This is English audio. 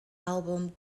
album